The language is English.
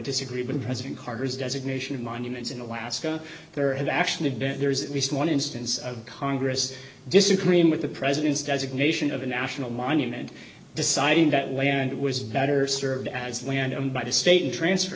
disagreement president carter's designation of monuments in alaska there have actually been there is at least one instance of congress disagreeing with the president's designation of a national monument deciding that land was better served as land owned by the state and transfer